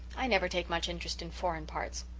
i never take much interest in foreign parts.